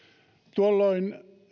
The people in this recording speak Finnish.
tuolloin